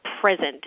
present